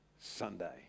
Sunday